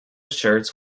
shirts